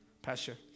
Pastor